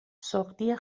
سُغدی